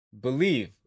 believe